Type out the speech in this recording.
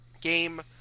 game